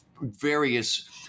various